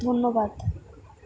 ধন্যবাদ